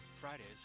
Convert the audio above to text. Fridays